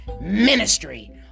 ministry